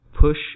push